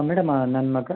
madam ನನ್ನ ಮಗ